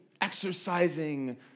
exercising